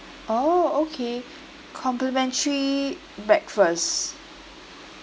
oh okay complimentary breakfast